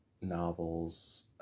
novels